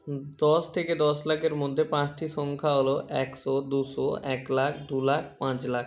দশ থেকে দশ লাখের মধ্যে পাঁচটি সংখ্যা হলো একশো দুশো এক লাখ দু লাখ পাঁচ লাখ